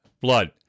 blood